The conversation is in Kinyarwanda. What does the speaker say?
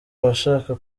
abashaka